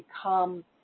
become